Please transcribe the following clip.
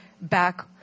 back